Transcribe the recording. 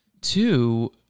Two